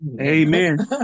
Amen